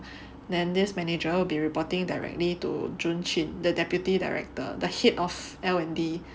then this manager will be reporting directly to Jun Qun the deputy director the head of L and D